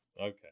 Okay